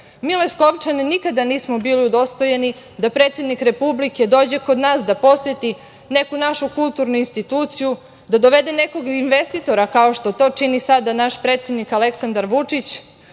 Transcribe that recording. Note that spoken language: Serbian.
Mi Leskovčani nikada nismo bili udostojeni da predsednik Republike dođe kod nas, da poseti neku našu kulturnu instituciju, da dovede nekog investitora kao što to čini sada naš predsednik Aleksandar Vučić.